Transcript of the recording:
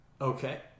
Okay